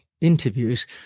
interviews